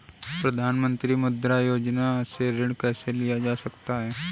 प्रधानमंत्री मुद्रा योजना से ऋण कैसे लिया जा सकता है?